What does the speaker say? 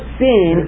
sin